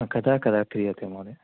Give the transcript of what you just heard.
कदा कदा क्रियते महोदयः